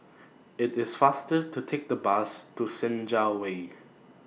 IT IS faster to Take The Bus to Senja Way